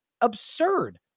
absurd